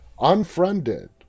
Unfriended